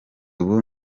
ubu